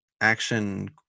action